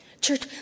Church